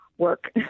work